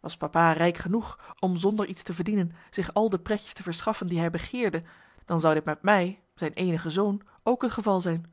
was papa rijk genoeg om zonder iets te verdienen zich al de pretjes te verschaffen die hij begeerde dan zou dit met mij zijn eenige zoon ook het geval zijn